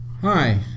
Hi